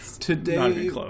Today